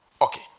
Okay